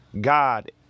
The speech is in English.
God